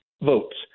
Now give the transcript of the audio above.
votes